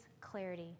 clarity